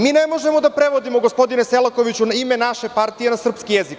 Mi ne možemo da prevodimo, gospodine Selakoviću, ime naše partije na srpski jezik.